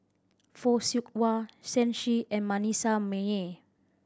Fock Siew Wah Shen Xi and Manasseh Meyer